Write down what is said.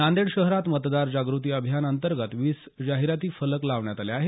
नांदेड शहरात मतदार जागृती अभियान अंतर्गत वीस जाहिरात फलक लावण्यात आले आहेत